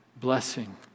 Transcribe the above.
blessing